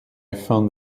found